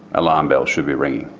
alarm bells should be ringing,